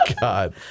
God